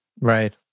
Right